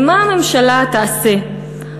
ומה הממשלה תעשה,